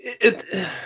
It